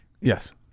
Yes